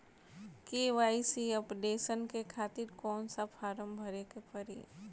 KYC updation के खातिर कौन सा फारम भरे के पड़ी?